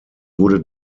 wurde